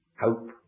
hope